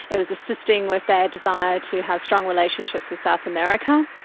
it was assisting with their desire to have strong relationships with south america,